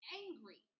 angry